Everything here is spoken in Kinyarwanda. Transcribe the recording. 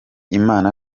imana